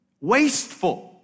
wasteful